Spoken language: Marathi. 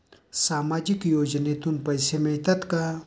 सामाजिक योजनेतून पैसे मिळतात का?